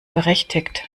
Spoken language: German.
berechtigt